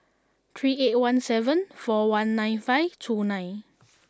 three eight one seven four one nine five two nine